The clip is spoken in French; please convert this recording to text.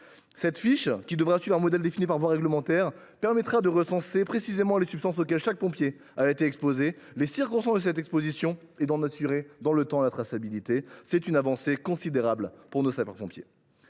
Cette fiche, qui devra se conformer à un modèle défini par voie réglementaire, permettra de recenser précisément les substances auxquelles chaque pompier a été exposé, ainsi que les circonstances de cette exposition, et d’en assurer la traçabilité dans le temps. Il s’agit d’une avancée considérable pour nos sapeurs pompiers.